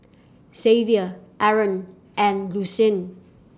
Xavier Aron and Lucien